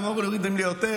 לא הורדנו את הרף.